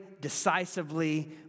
decisively